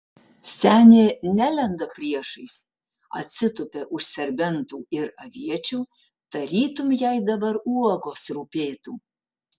senė nelenda priešais atsitupia už serbentų ir aviečių tarytum jai dabar uogos rūpėtų